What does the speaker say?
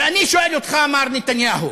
ואני שואל אותך, מר נתניהו: